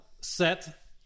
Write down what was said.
set